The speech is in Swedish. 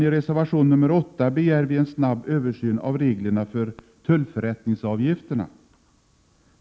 I reservation nr 8 begärs en snabb översyn av reglerna för tullförrättningsavgifterna.